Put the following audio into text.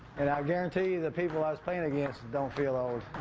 and i guarantee you the people i was playing against don't feel old.